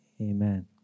Amen